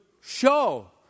show